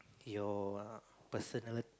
your err personal